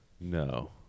No